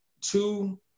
two